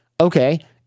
Okay